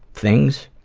things,